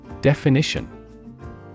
Definition